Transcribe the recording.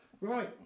Right